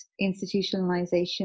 institutionalization